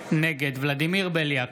נגד ולדימיר בליאק,